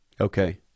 Okay